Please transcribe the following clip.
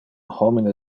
homine